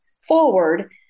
forward